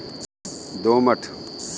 सबसे ज्यादा नमी किस मिट्टी में रहती है?